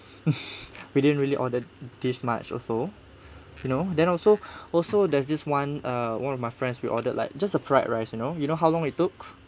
we didn't really order this much also you know then also also there's this [one] uh one of my friends we ordered like just a fried rice you know you know how long it took